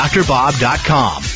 DrBob.com